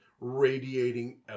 radiating